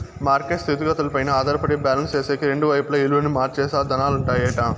market స్థితిగతులపైనే ఆధారపడి balance సేసేకి రెండు వైపులా ఇలువను మార్చే సాధనాలుంటాయట